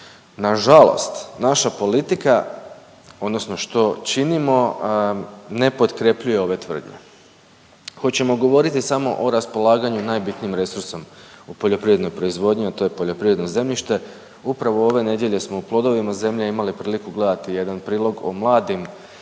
Nažalost, naša politika odnosno što činimo ne potkrepljuje ove tvrdnje. Hoćemo govoriti samo o raspolaganju najbitnijim resursom u poljoprivrednoj proizvodnji, a to je poljoprivredno zemljište. Upravo ove nedjelje smo u Plodovima zemlje imali priliku gledati jedan prilog o mladim